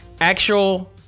actual